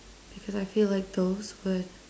because I feel like those would